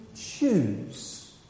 choose